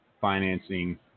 financing